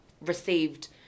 received